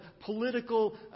political